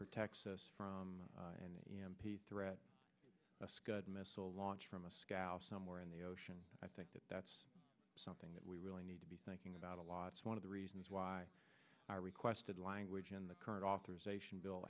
protects us from an e m p threat a scud missile launch from a scow somewhere in the ocean i think that that's something that we really need to be thinking about a lot one of the reasons why i requested language in the current authorization bill